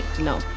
No